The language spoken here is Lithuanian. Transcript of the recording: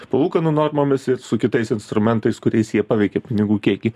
palūkanų normomis ir su kitais instrumentais kuriais jie paveikia pinigų kiekį